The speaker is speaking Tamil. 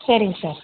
சரிங்க சார்